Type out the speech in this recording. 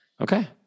Okay